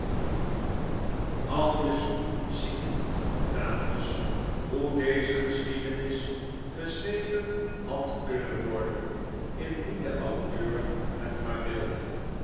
aldus ziet u dames hoe deze geschiedenis geschreven had kunnen worden indien de auteur het maar wilde